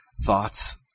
thoughts